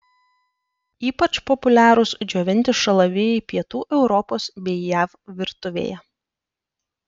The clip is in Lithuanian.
ypač populiarūs džiovinti šalavijai pietų europos bei jav virtuvėje